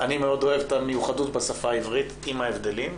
אני מאוד אוהב את המיוחדות בשפה העברית עם ההבדלים,